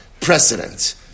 Precedent